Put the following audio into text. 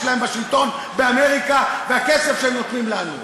להם בשלטון באמריקה והכסף שהם נותנים לנו.